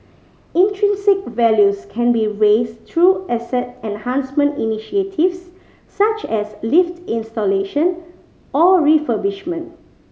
intrinsic values can be raised through asset enhancement initiatives such as lift installation or refurbishment